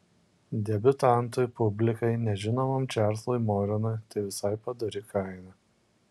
debiutantui publikai nežinomam čarlzui morenui tai visai padori kaina